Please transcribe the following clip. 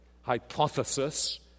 hypothesis